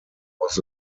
was